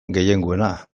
gehiengoarena